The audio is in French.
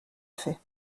fait